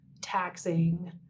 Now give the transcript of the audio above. taxing